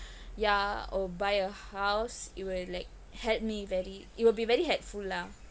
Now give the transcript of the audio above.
yeah or buy a house it will like help me very it will be very helpful lah